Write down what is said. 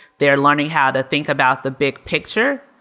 they are learning how to think about the big picture,